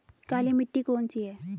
काली मिट्टी कौन सी है?